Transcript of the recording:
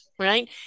right